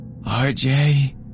rj